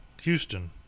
Houston